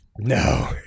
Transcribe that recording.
no